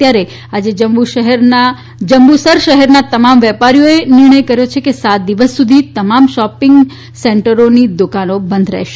ત્યારે આજે જંબુસર શહેરનાં તમામ વેપારીઓએ નિર્ણય કર્યો છે કે સાત દિવસ સુધી તમામ શોપિંગ સેન્ટરોની દુકાનો બંધ રહેશે